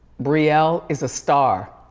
brielle, is a star.